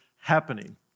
happening